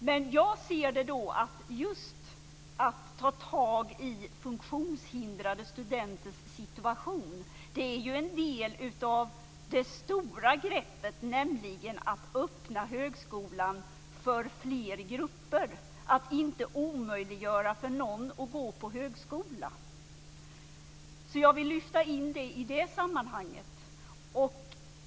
Men som jag ser det är att ta tag i funktionshindrade studenters situation en del av det stora greppet, nämligen att öppna högskolan för fler grupper, att inte omöjliggöra för någon att gå på högskola. Jag vill lyfta in det i det sammanhanget.